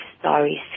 stories